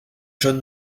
john